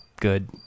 good